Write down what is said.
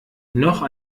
noch